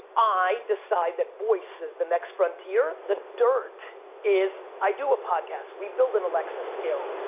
i decide that voice is the next frontier. the dirt is i do a podcast. we build an alexa skill.